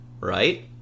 Right